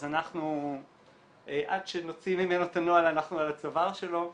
אז עד שנוציא ממנו את הנוהל אנחנו על הצוואר שלו.